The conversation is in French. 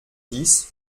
dix